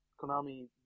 Konami